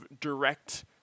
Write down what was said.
direct